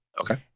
okay